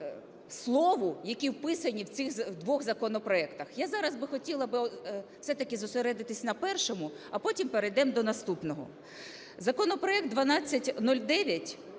Я зараз би хотіла би все-таки зосередитись на першому, а потім перейдемо до наступного. Законопроект 1209,